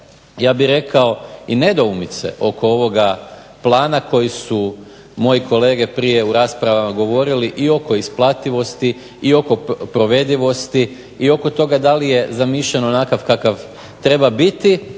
ja bih rekao i nedoumice oko ovog plana koji su moji kolege prije u raspravama govorili i oko isplativosti i oko provedivosti i oko toga da li je zamišljen onakav kakav treba biti,